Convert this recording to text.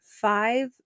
five